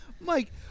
Mike